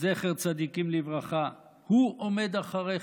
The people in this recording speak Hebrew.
זכר צדיקים לברכה, הוא עומד מאחוריך?